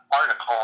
article